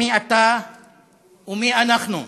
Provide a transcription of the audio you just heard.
מי אתה ומי אנחנו,